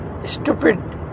stupid